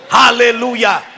hallelujah